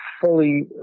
fully